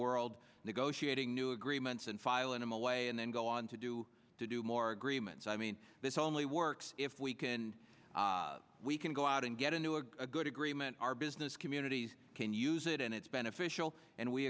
world negotiating new agreements and filing him away and then go on to do to do more agreements i mean this only works if we can we can go out and get into a good agreement our business communities can use it and it's beneficial and we